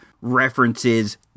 references